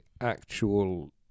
actual